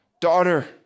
daughter